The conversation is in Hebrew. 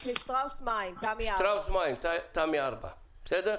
את שטראוס מים, תמי 4. שטראוס מים, תמי 4, בסדר?